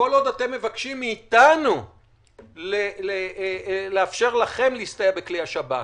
כל עוד אתם מבקשים מאתנו לאפשר לכם להסתייע בכלי השב"כ,